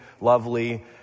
lovely